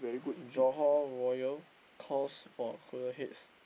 Johor royal calls for cooler heads